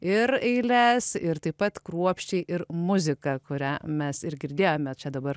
ir eiles ir taip pat kruopščiai ir muziką kurią mes ir girdėjome čia dabar